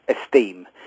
esteem